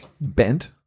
Bent